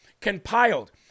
compiled